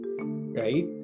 right